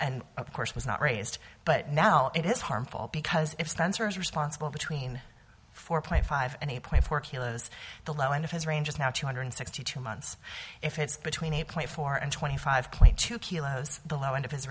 and of course was not raised but now it is harmful because if spencer is responsible between four point five and eight point four kilos the low end of his range is now two hundred sixty two months if it's between eight point four and twenty five point two kilos the low end of his